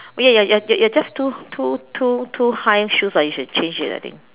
okay your your your just too too too too high shoes ah you should change it I think